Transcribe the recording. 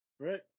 Right